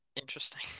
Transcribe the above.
Interesting